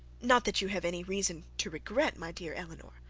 not that you have any reason to regret, my dear elinor.